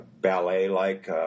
Ballet-like